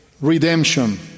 redemption